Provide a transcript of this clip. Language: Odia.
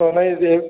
କଣ ପାଇଁ ସିଏ